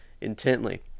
intently